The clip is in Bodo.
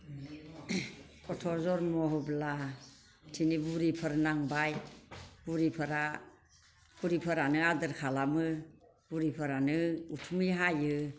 गथ' जोनोम होब्ला दिनै बुरैफोर नांबाय बुरिफोरानो आदोर खालामो बुरैफोरानो उथुमै हायो